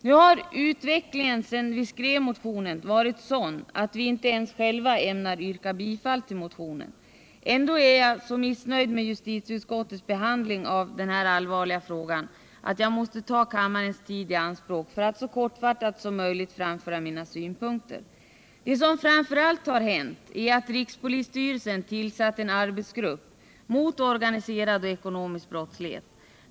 Nu har utvecklingen sedan vi skrev motionen varit sådan att vi inte ens själva ämnar yrka bifall till motionen. Men jag är så missnöjd med justitieutskottets behandling av denna allvarliga fråga att jag måste ta kammarens tid i anspråk för att så kortfattat som möjligt framföra mina synpunkter. Det som framför allt har hänt är att rikspolisstyrelsen tillsatt en arbetsgrupp mot organiserad och ekonomisk brottslighet.